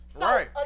Right